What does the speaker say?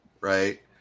right